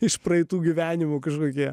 iš praeitų gyvenimų užbaigė